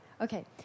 Okay